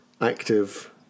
active